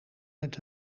met